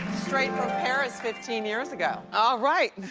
straight from paris, fifteen years ago. alright,